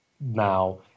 now